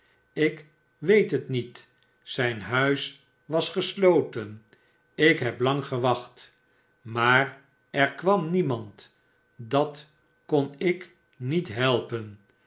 ik weet het niet zijn huis was gesloten ik heb lang gewacht maar er kwam memand dat kon ik niet helpen